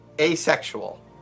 asexual